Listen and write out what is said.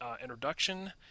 introduction